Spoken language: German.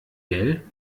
gell